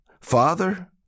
Father